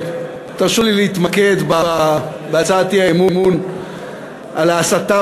תרשו לי להתמקד בהצעת האי-אמון על ההסתה